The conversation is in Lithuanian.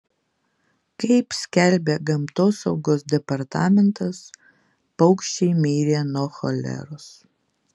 kaip skelbia gamtosaugos departamentas paukščiai mirė nuo choleros